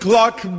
clock